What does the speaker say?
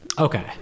okay